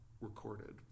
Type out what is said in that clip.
recorded